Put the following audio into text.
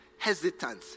Hesitant